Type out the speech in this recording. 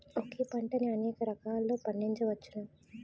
ఒకే పంటని అనేక రకాలలో పండించ్చవచ్చును